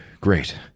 Great